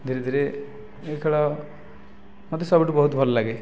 ଧିରେ ଧିରେ ଏଇ ଖେଳ ମୋତେ ସବୁଠୁ ବହୁତ ଭଲ ଲାଗେ